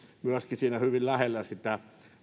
siinä hyvin lähellä sitä